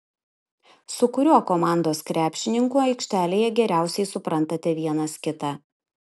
su kuriuo komandos krepšininku aikštelėje geriausiai suprantate vienas kitą